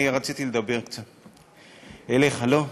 אני רציתי לדבר קצת אליך, לא?